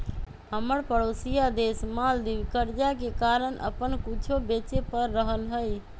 हमर परोसिया देश मालदीव कर्जा के कारण अप्पन कुछो बेचे पड़ रहल हइ